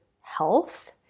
health